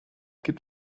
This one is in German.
gibt